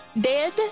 Dead